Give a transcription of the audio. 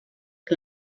que